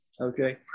Okay